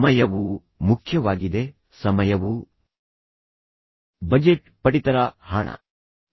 ಸಮಯವು ಮುಖ್ಯವಾಗಿದೆ ಸಮಯವು ಬಜೆಟ್ ಪಡಿತರ ಹಣವಾಗಿದೆ